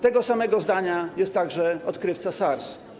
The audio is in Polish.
Tego samego zdania jest także odkrywca SARS.